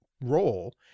role